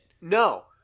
No